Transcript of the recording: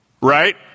Right